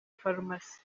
farumasi